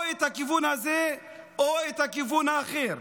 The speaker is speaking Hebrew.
או את הכיוון הזה או את הכיוון האחר.